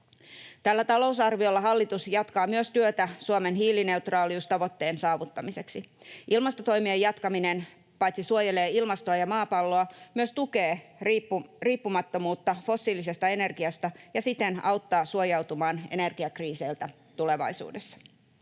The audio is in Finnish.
talousarviolla hallitus jatkaa myös työtä Suomen hiilineutraaliustavoitteen saavuttamiseksi. Ilmastotoimien jatkaminen paitsi suojelee ilmastoa ja maapalloa myös tukee riippumattomuutta fossiilisesta energiasta ja siten auttaa suojautumaan energiakriiseiltä tulevaisuudessa.